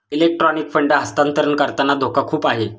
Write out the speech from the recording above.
electronic fund हस्तांतरण करताना धोका खूप आहे